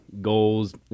goals